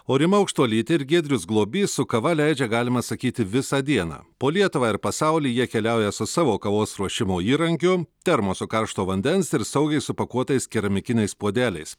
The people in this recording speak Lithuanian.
o rima aukštuolytė ir giedrius globys su kava leidžia galima sakyti visą dieną po lietuvą ir pasaulį jie keliauja su savo kavos ruošimo įrankiu termosu karšto vandens ir saugiai supakuotais keramikiniais puodeliais